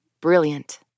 Brilliant